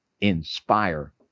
inspire